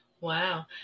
Wow